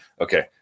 okay